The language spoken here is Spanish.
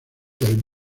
del